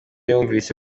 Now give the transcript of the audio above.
yumvise